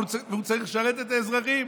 אבל הוא צריך לשרת את האזרחים.